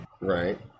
Right